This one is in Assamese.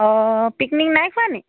অঁ পিকনিক নাই খোৱানি